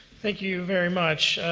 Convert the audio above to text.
thank you very much.